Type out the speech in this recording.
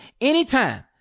anytime